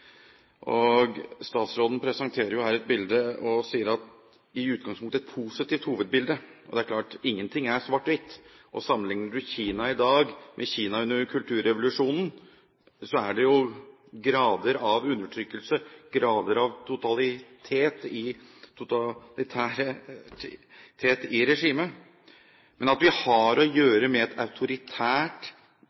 Etiopia. Statsråden presenterer her et bilde og sier at det i utgangspunktet er et positivt hovedbilde. Det er klart at ingenting er svart-hvitt. Sammenligner man Kina i dag med Kina under kulturrevolusjonen, er det jo grader av undertrykkelse, grader av totalitarisme i regimet. Men at vi har å gjøre med et autoritært,